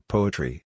Poetry